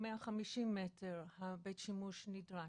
מאה חמישים מטר הבית שימוש הנדרש,